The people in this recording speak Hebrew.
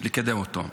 לקדם אותו.